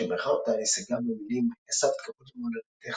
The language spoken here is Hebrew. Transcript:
שבירכה אותה על הישגה במילים "הסבת כבוד למולדתך,